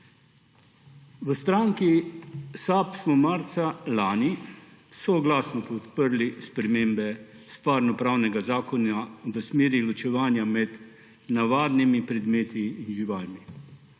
V stranki SAB smo marca lani soglasno podprli spremembe Stvarnopravnega zakonika v smeri ločevanja med navadnimi predmeti in živalmi.